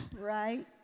right